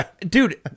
dude